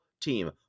team